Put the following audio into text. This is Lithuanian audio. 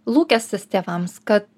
lūkestis tėvams kad